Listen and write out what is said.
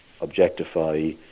objectify